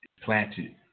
planted